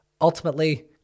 Ultimately